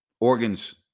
organs